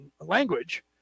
language